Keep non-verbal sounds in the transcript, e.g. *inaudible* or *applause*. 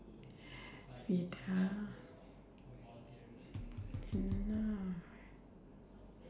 *breath* wait ah cannot